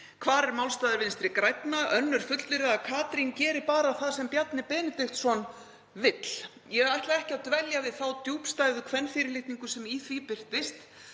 Hver er málstaður Vinstri grænna? Önnur fullyrða að Katrín geri bara það sem Bjarni Benediktsson vill. Ég ætla ekki að dvelja við þá djúpstæðu kvenfyrirlitningu sem í því birtist.